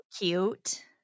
cute